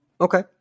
Okay